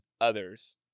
others